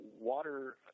water